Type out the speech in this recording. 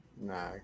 Nah